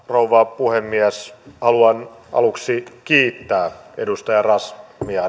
rouva puhemies haluan aluksi kiittää edustaja razmyaria